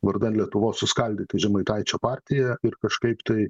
vardan lietuvos suskaldyti žemaitaičio partiją ir kažkaip tai